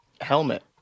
Helmet